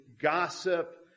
gossip